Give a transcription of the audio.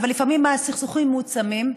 אבל לפעמים הסכסוכים מועצמים,